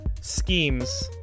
schemes